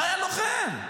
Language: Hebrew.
חייל לוחם.